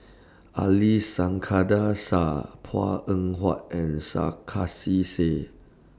Ali Iskandar Shah Png Eng Huat and Sarkasi Said